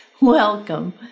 Welcome